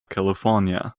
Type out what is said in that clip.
california